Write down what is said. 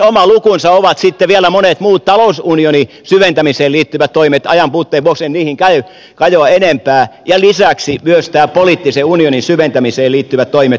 oma lukunsa ovat sitten vielä monet muut talousunionin syventämiseen liittyvät toimet ajanpuutteen vuoksi en niihin kajoa enempää lisäksi myös poliittisen unionin syventämiseen liittyvät toimet